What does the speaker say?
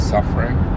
suffering